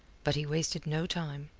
but he wasted no time.